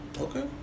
Okay